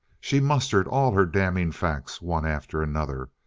she mustered all her damning facts one after another.